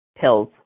pills